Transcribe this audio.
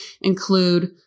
include